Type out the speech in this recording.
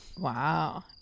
Wow